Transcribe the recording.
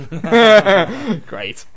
Great